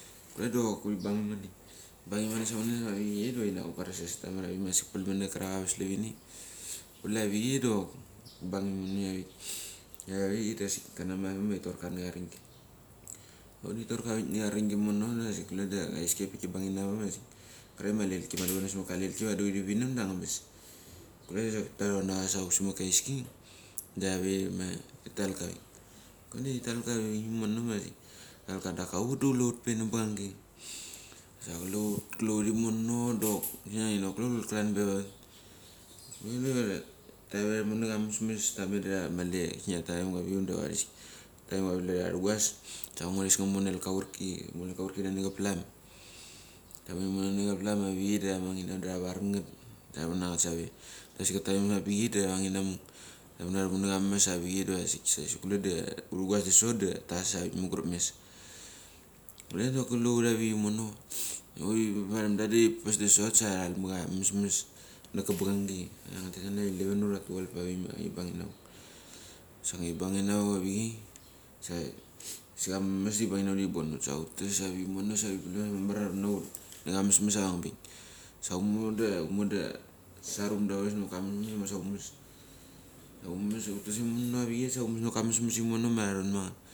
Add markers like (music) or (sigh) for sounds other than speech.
Kule do huri bang imane, huri bang imane sa avichei do inok ngu kuras ia stamar anchei ma pel mini kerak ava selefini. Kule avichei clok bang mi avik. Avik kanamasmek ma ti torka nara aringi huri tor ka avik na aringi imono asik kule da heiski aipik kibang inavuk vasik kraik ma lelki, mali luro nas makam lelki diva puri vimem da anabas. Kule do sok ta ronacha savuk chemet ka heiski, da rave rima ti talka avik. Kule da ritalka imono ma sik taralka. Da hut da kule hut pe na bang angi. Sa kule kut kule imono dok ia inok gule hut kalan pe va vet unmeret (unintelligible) Tave ta ruma nachama mesmes, ta met da mali, kisnia, taimgapik, da kule ta rugas. Anggures ta monel ka aurki nani cha plam, ta metimono nani plam avichei da ta met ta da tavar nget da ta rumu na nget save da sik ka taim ka pik da ranangbinem. Ta rum u nacha amesmes sa avichei diva sik che urugas da sot da tas avik mungurup mes. Kule doki kule hut avik imong uria varemda di chrie pes da sot, ta ralmacha mesmes naka bangangi ngetet nania vea eleven o'clock ura twelve o'clock avi ma ibanginamek. Sa ibangin amek avichei sa mesmes sa ibanginamek dari pon hut sahutes avimono sahut pilun ia mamar naut necha mesmes a vanbik, sa umo, umo do saramdauches meka avengi ma umes. Da umes utes imono avichei saumes navat ka mesmes imono ma taronmangat.